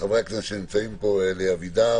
חברי הכנסת שנמצאים פה הם אלי אבידר,